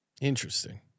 interesting